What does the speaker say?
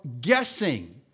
guessing